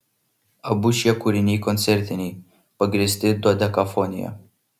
abu šie kūriniai koncertiniai pagrįsti dodekafonija